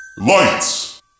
Lights